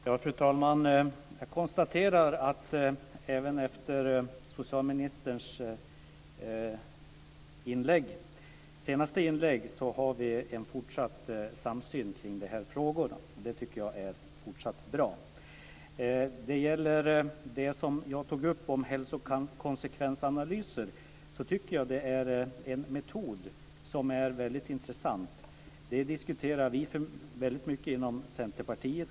Fru talman! Jag konstaterar att även efter socialministerns senaste inlägg har vi en fortsatt samsyn kring de här frågorna. Det tycker jag är bra. Jag tycker att hälsokonsekvensanalyser är en väldigt intressant metod. Detta diskuterar vi väldigt mycket inom Centerpartiet.